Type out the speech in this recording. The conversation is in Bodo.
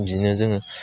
बिदिनो जोङो